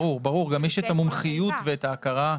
ברור, גם יש את המומחיות ואת ההכרה.